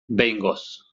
behingoz